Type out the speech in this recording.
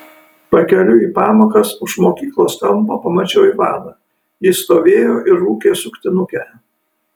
pakeliui į pamokas už mokyklos kampo pamačiau ivaną jis stovėjo ir rūkė suktinukę